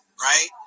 right